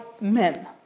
men